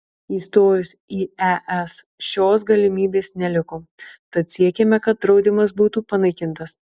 įstojus į es šios galimybės neliko tad siekiame kad draudimas būtų panaikintas